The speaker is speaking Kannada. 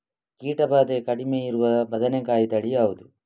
ಕೀಟ ಭಾದೆ ಕಡಿಮೆ ಇರುವ ಬದನೆಕಾಯಿ ತಳಿ ಯಾವುದು?